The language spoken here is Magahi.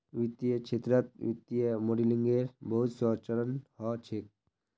वित्तीय क्षेत्रत वित्तीय मॉडलिंगेर बहुत स चरण ह छेक